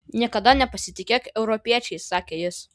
niekada nepasitikėk europiečiais sakė jis